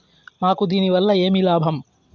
మాకు దీనివల్ల ఏమి లాభం